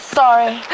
sorry